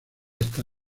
está